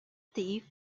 thief